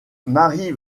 marie